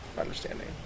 understanding